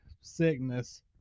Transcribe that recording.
sickness